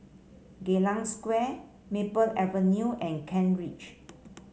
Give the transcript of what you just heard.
Geylang Square Maple Avenue and Kent Ridge